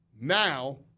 Now